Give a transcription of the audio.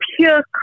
pure